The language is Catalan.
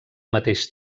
mateix